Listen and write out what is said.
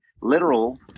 literal